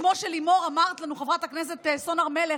כמו שאמרת לנו, חברת הכנסת סון הר מלך,